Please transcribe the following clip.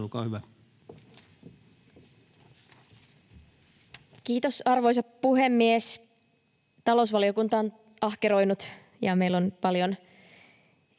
Kiitos, arvoisa puhemies! Talousvaliokunta on ahkeroinut, ja meillä on paljon